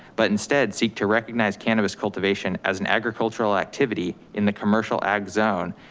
but instead seek to recognize cannabis cultivation as an agricultural activity in the commercial ag zone,